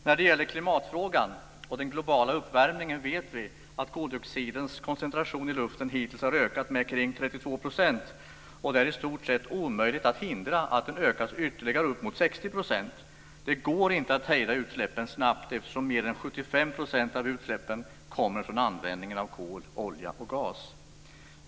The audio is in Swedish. När det gäller klimatfrågan och den globala uppvärmningen vet vi att koldioxidens koncentration i luften hittills har ökat med ca 32 %, och det är i stort sett omöjligt att hindra att den ökar ytterligare upp mot 60 %. Det går inte att hejda utsläppen snabbt eftersom mer än 75 % av utsläppen kommer från användningen av kol, olja och gas.